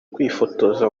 kwifotoza